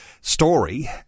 story